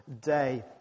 Day